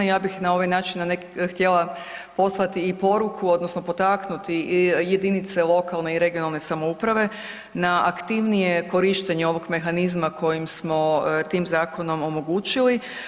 Ja bih na ovaj način htjela poslati i poruku odnosno potaknuti i jedinice lokalne i regionalne samouprave na aktivnije korištenje ovog mehanizma kojim smo tim zakonom omogućili.